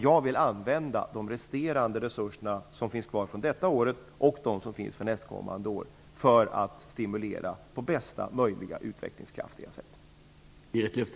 Jag vill använda de resterade resurser som finns kvar från det här året och de som finns för nästkommande år till att stimulera den processen på bästa möjliga utvecklingskraftiga sätt.